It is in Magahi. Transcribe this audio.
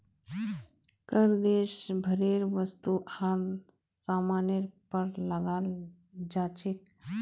कर देश भरेर वस्तु आर सामानेर पर लगाल जा छेक